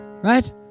right